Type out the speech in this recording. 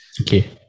Okay